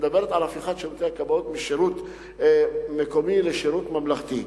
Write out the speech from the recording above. שמדברת על הפיכת שירותי הכבאות משירות מקומי לשירות ממלכתי.